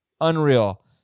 Unreal